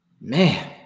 man